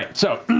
so,